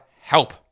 help